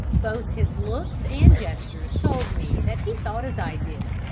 both his looks and gestures told me that he thought as i did,